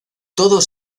todos